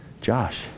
Josh